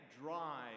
drive